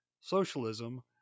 socialism